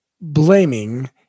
blaming